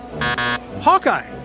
Hawkeye